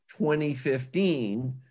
2015